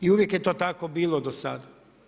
I uvijek je to tako bilo do sada.